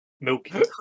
Milky